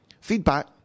Feedback